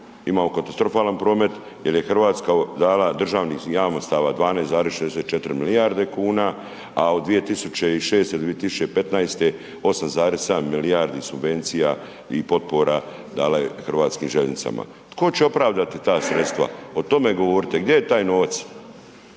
imamo katastrofalan promet jer je RH dala državnih jamstava 12,64 milijarde kuna, a od 2006. do 2015. 8,7 milijardi subvencija i potpora dala je HŽ-u. Tko će opravdati ta sredstva, o tome govorite, gdje je taj novac,